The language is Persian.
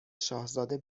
شاهزاده